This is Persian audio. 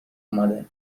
اومده